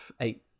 eight